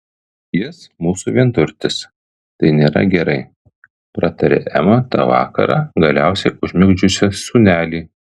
jis mūsų vienturtis tai nėra gerai pratarė ema tą vakarą galiausiai užmigdžiusi sūnelį